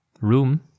room